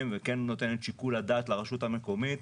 ונותן את שיקול הדעת לרשות המקומית